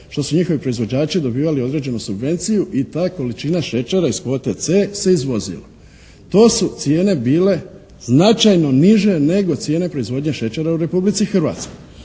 što su njihovi proizvođači dobivali određenu subvenciju i ta je količina šećera iz kvote “C“ se izvozila. To su cijene bile značajno niže nego cijene proizvodnje šećera u Republici Hrvatskoj.